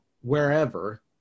wherever